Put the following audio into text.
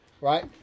right